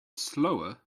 slower